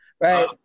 Right